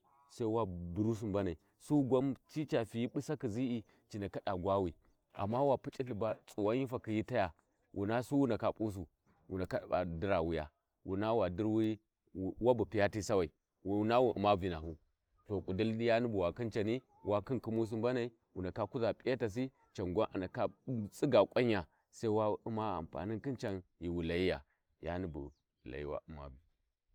Sai wa burusi mbanai su gwan cica tiyi ɓusakhizi'i ci ndaka da gwawi amma wa puc’i lthi ba Suwan hi fakhi hi taya wuna Su wu ndaka pusu wu ndaka da dira wuya wuua wa diri wuya wuna wa wa diri' wuya Wabu Piya ti Sawai wuna wu uma vinahu to ƙudilli yani bu wakhi Cani wa khinkhimu si mbanai wu ndaka kuza p’iyatasi cangwan a aaa ndaka tsiya kwanya Sai Wa uma ampanin khin can ghiwu layiya yani bughu layi wa uma bee.